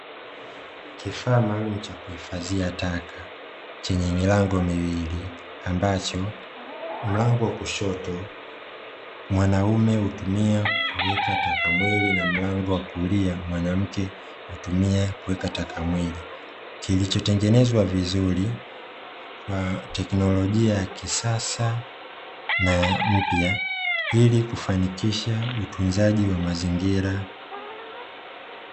Kifaa maalumu cha kuhifadhia taka, chenye milango miwili, ambacho mlango wa kushoto mwanaume hutumia kuweka takamwili na mlango wa kulia mwanamke hutumia kuweka takamwili, kilichotengenezwa vizuri kwa teknolojia ya kisasa na mpya ili kufanikisha utunzaji wa mazingira.